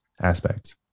aspects